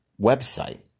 website